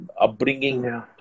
upbringing